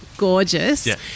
gorgeous